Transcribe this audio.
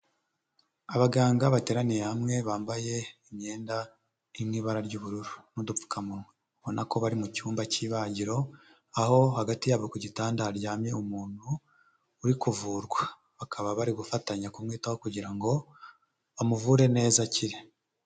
Abaganga bateraniye hamwe, bambaye imyenda iri mu ibara ry'ubururu n'udupfukamunwa, ubona ko bari mu cyumba cy'ibagiro, aho hagati yabo ku gitanda haryamye umuntu uri kuvurwa. Bakaba bari gufatanya kumwitaho kugira ngo bamuvure neza akire.